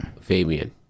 fabian